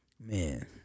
Man